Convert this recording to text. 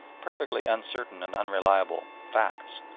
perfectly uncertain and unreliable facts,